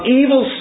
evil